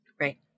Right